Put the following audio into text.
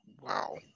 Wow